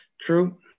true